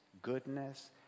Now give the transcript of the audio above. Goodness